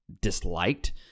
disliked